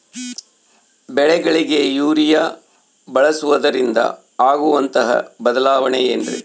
ಬೆಳೆಗಳಿಗೆ ಯೂರಿಯಾ ಬಳಸುವುದರಿಂದ ಆಗುವಂತಹ ಬದಲಾವಣೆ ಏನ್ರಿ?